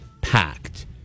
packed